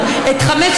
החוק,